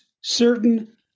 certain